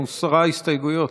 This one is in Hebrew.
הוסרו ההסתייגויות,